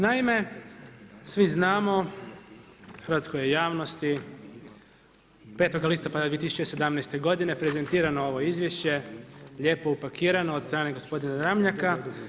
Naime, svi znamo, hrvatskoj je javnosti 5. listopada 2017. godine prezentirano ovo izvješće, lijepo upakirano od strane gospodina Ramljaka.